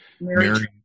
Mary